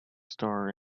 star